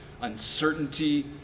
uncertainty